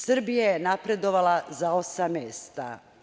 Srbija je napredovala za osam mesta.